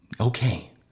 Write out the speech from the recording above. Okay